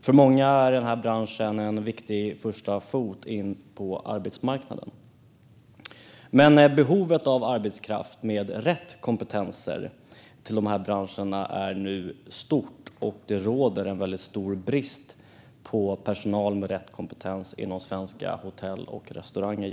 För många erbjuder den här branschen ett viktigt första steg in på arbetsmarknaden. Men behovet av arbetskraft med rätt kompetens till de här branscherna är stort, och det råder just nu brist på personal med rätt kompetens inom svenska hotell och restauranger.